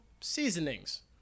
seasonings